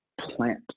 plant